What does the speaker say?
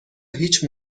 هیچ